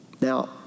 Now